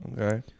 okay